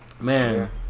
Man